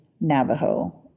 navajo